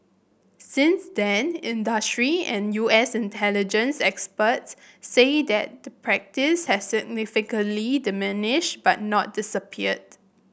since then industry and U S intelligence experts say that the practice has significantly diminished but not disappeared